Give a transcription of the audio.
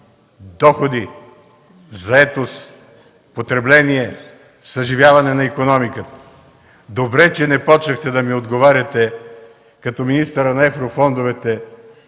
доходи, заетост, потребление, съживяване на икономиката. Добре че не започнахте да ми отговаряте като министъра на еврофондовете